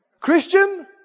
Christian